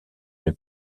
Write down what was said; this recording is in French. une